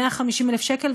150,000 שקל,